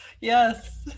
Yes